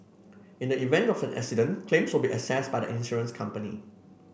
in the event of an accident claims will be assessed by the insurance company